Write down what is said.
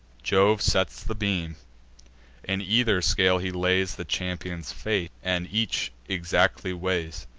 jove sets the beam in either scale he lays the champions' fate, and each exactly weighs.